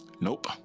Nope